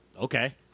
okay